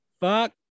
Fuck